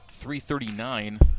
339